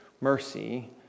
mercy